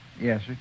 Yes